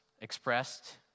expressed